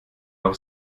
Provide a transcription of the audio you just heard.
noch